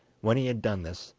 when he had done this,